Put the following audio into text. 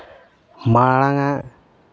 ᱢᱟᱲᱟᱝ ᱟᱜ